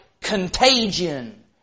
contagion